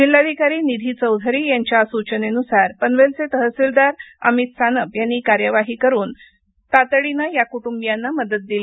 जिल्हाधिकारी निधी चौधरी यांच्या सूचनेनुसार पनवेलचे तहसीलदार अमित सानप यांनी कार्यवाही करून तातडी या कुटुंबियांना मदत दिली